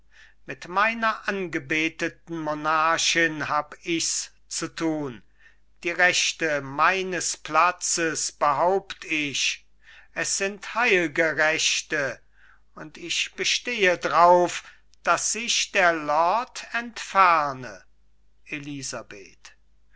mit meiner angebeteten monarchin hab ich's zu tun die rechte meines platzes behaupt ich es sind heil'ge rechte und ich bestehe drauf daß sich der lord entferne elisabeth